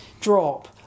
drop